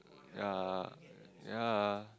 ya ya